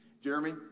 Jeremy